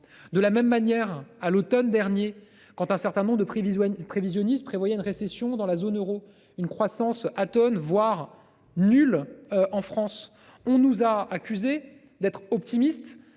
de la même manière à l'Automne dernier quand un certain nombre de prévisions prévisionniste prévoyez une récession dans la zone euro une croissance atone, voire nul. En France, on nous a accusés d'être optimiste